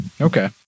Okay